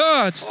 God